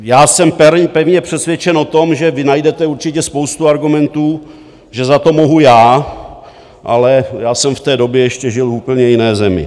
Já jsem pevně přesvědčen o tom, že vy najdete určitě spoustu argumentů, že za to mohu já, ale já jsem v té době ještě žil v úplně jiné zemi.